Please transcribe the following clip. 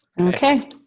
okay